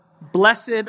Blessed